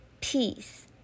Peace